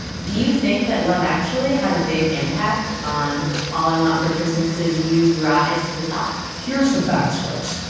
do you think that love actually had a big impact on all i want for christmas is use rise to the top here's the facts, folks.